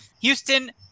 Houston